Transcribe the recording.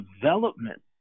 development